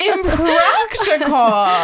Impractical